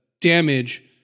damage